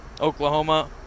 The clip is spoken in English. Oklahoma